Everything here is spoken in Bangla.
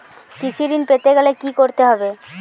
কৃষি ঋণ পেতে গেলে কি করতে হবে?